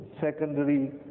secondary